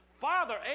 Father